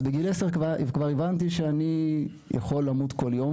אז בגיל 10 כבר הבנתי שאני יכול למות כל יום,